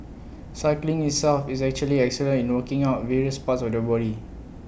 cycling itself is actually excellent in working out various parts of the body